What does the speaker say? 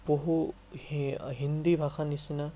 বহু হিন্দী ভাষাৰ নিচিনা